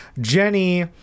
Jenny